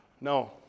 No